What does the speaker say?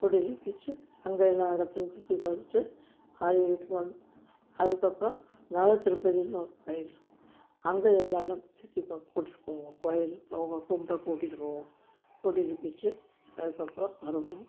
கூட்டிக்கிட்டு போயிவிட்டு அங்கே எல்லா இடத்தையும் சுற்றி பார்த்துட்டு அவாங்க வீட்டுக்கு வந்து அதுக்கப்புறம் நவதிருப்பதின்னு ஒரு கோயில் அங்கே எல்லா இடமும் சுற்றி பார்க்க கூட்டிகிட்டு போவோம் கோயில் அவாங்க கும்பிட கூட்டிகிட்டு போவோம் கூட்டிகிட்டு போயிவிட்டு அதுக்கப்புறம் வருவோம்